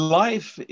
life